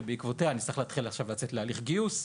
שבעקבותיה אני אצטרך לצאת להליך גיוס.